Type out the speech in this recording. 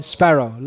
Sparrow